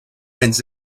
menys